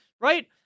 Right